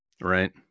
Right